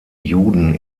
juden